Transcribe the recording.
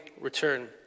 return